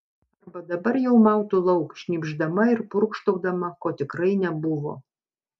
arba dabar jau mautų lauk šnypšdama ir purkštaudama ko tikrai nebuvo